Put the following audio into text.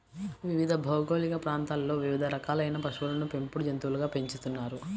వివిధ భౌగోళిక ప్రాంతాలలో వివిధ రకాలైన పశువులను పెంపుడు జంతువులుగా పెంచుతున్నారు